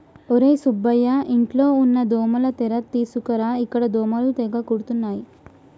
ఒర్రే సుబ్బయ్య ఇంట్లో ఉన్న దోమల తెర తీసుకురా ఇక్కడ దోమలు తెగ కుడుతున్నాయి